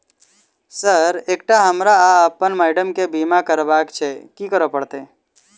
Sir एकटा हमरा आ अप्पन माइडम केँ बीमा करबाक केँ छैय की करऽ परतै?